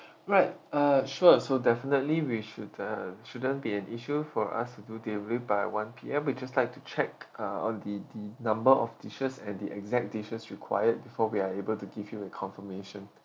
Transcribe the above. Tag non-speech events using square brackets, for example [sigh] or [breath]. [breath] alright uh sure so definitely we should uh shouldn't be an issue for us to do delivery by one P_M we just like to check uh on the the number of dishes and the exact dishes required before we are able to give you a confirmation